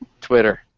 Twitter